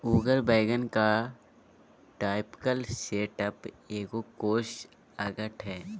उगर वैगन का typical setup एगो कोर्स अंगठ हइ